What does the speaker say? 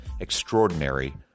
extraordinary